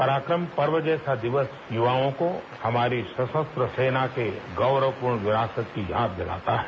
पराक्रम पर्व जैसा दिवस युवाओं को हमारी सशस्त्र सेना के गौरवपूर्ण विरासत की याद दिलाता है